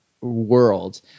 world